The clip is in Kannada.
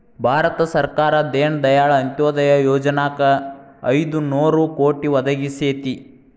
ಭಾರತ ಸರ್ಕಾರ ದೇನ ದಯಾಳ್ ಅಂತ್ಯೊದಯ ಯೊಜನಾಕ್ ಐದು ನೋರು ಕೋಟಿ ಒದಗಿಸೇತಿ